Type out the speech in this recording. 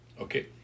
Okay